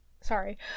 Sorry